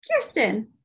Kirsten